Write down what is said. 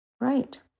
Right